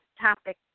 topic